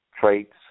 traits